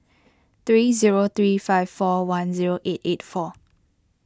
three zero three five four one zero eight eight four